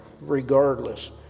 regardless